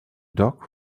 dog